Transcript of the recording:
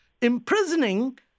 imprisoning